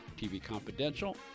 tvconfidential